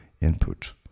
input